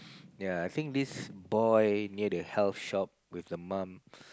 ya I think this boy near the health shop with the mum